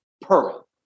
Pearl